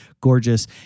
gorgeous